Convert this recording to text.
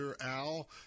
al